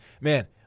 Man